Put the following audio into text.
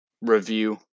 review